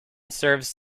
serves